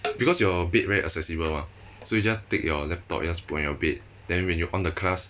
because your bed very accessible mah so you just take your laptop you just put on your bed then when you on the class